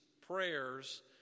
prayers